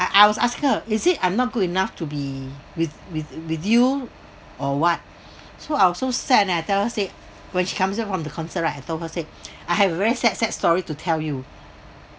I was asked her is it I'm not good enough to be with with with you or what so I was so sad and then I tell her said when she comes back from the concert right I told her said I have a very sad sad story to tell you